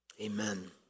Amen